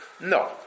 No